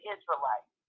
Israelites